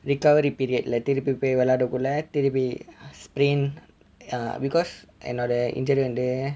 recovery period லே திருப்பி போய் விளையாடுறதுக்குல்லே திருப்பி:le thiruppi poi vilaiyaadurathukkulle thiruppi sprain uh because என்னோட:ennoda injury வந்து:vanthu